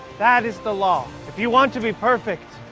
that is the law. if you want to be perfect,